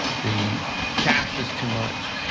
the cash is too much,